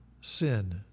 sin